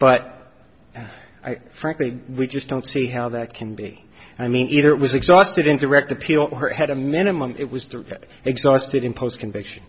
but i frankly we just don't see how that can be i mean either it was exhausted in direct appeal to her had a minimum it was exhausted in post conviction